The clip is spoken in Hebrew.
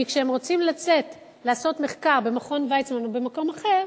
כי כשהם רוצים לצאת ולעשות מחקר במכון ויצמן או במקום אחר,